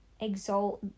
exalt